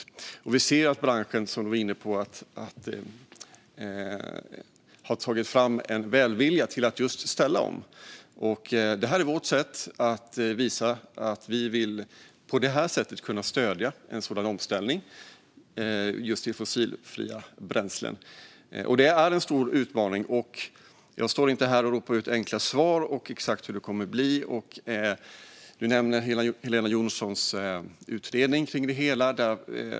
Vi ser också att det i branschen, som du var inne på, finns en välvilja till att ställa om. Det här är vårt sätt att visa att vi vill stödja en omställning till fossilfria bränslen. Det är en stor utmaning. Jag står inte här och ropar ut enkla svar på exakt hur det kommer att bli. Du nämnde Helena Jonssons utredning.